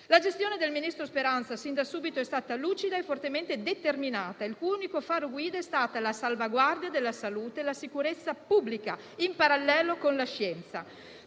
La gestione del ministro Speranza sin da subito è stata lucida e fortemente determinata; il suo unico faro guida è stata la salvaguardia della salute e la sicurezza pubblica, in parallelo con la scienza.